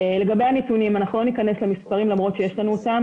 לגבי הנתונים לא ניכנס למספרים למרות שיש לנו אותם,